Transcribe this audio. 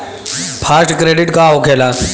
Fast credit का होखेला?